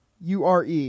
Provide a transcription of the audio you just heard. Ure